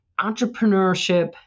entrepreneurship